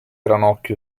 ranocchio